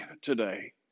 today